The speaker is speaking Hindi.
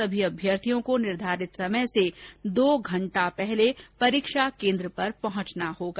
सभी अभ्यर्थियों को निर्धारित समय से दो घंटे पहले परीक्षा केंद्र पर पहुंचना होगा